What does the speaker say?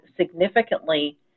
significantly